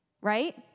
right